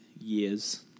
year's